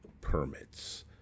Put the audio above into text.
permits